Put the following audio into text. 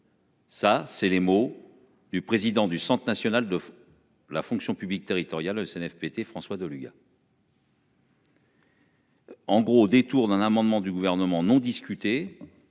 Ça c'est les mots du président du Centre national de.-- La fonction publique territoriale Cnfpt, François Deluga. En gros, au détour d'un amendement du gouvernement non discuté.